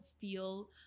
feel